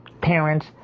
Parents